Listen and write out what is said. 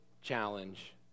challenge